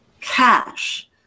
cash